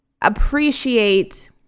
appreciate